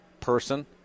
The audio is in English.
person